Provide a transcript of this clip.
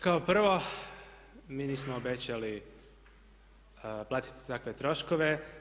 Kao prvo, mi nismo obećali platiti takve troškove.